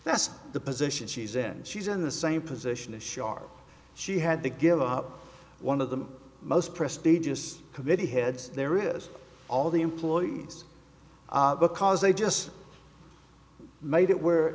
that's the position she's in she's in the same position ashar she had to give up one of them most prestigious committee heads there it is all the employees because they just made it where